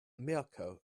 mirco